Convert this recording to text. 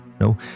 no